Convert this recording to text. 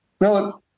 no